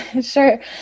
Sure